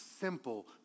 simple